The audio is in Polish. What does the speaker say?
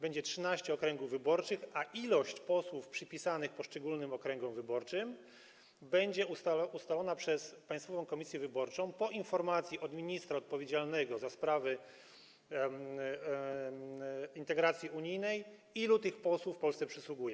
Będzie 13 okręgów wyborczych, a liczba posłów przypisanych poszczególnym okręgom wyborczym będzie ustalona przez Państwową Komisję Wyborczą po informacji od ministra odpowiedzialnego za sprawy integracji unijnej, ilu tych posłów Polsce przysługuje.